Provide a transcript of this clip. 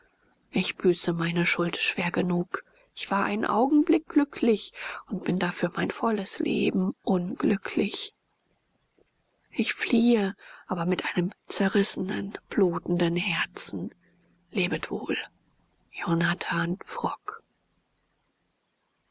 ich büße meine schuld schwer genug ich war einen augenblick glücklich und bin dafür mein volles leben unglücklich ich fliehe aber mit einem zerrissenen blutenden herzen lebet wohl jonathan frock